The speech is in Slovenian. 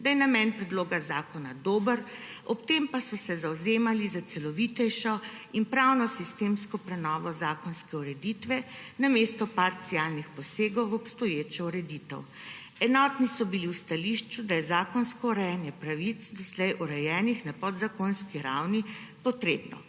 da je namen predloga zakona dober, ob tem pa so se zavzemali za celovitejšo in pravnosistemsko prenovo zakonske ureditve namesto parcialnih posegov v obstoječo ureditev. Enotni so bili v stališču, da je zakonsko urejanje pravic, doslej urejenih na podzakonski ravni, potrebno.